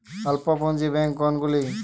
অল্প পুঁজি ব্যাঙ্ক কোনগুলি?